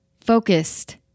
focused